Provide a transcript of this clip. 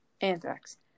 anthrax